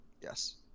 yes